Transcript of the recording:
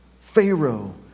Pharaoh